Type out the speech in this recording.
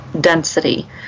density